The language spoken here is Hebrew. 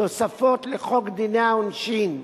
בתוספות לחוק דיני העונשין,